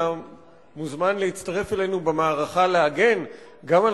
אתה מוזמן להצטרף אלינו במערכה להגן גם על